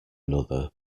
another